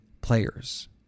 players